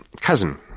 cousin